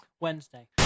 Wednesday